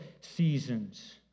seasons